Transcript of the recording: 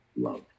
love